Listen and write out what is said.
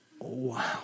wow